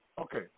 Okay